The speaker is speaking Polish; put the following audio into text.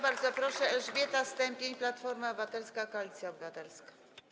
Bardzo proszę, Elżbieta Stępień, Platforma Obywatelska - Koalicja Obywatelska.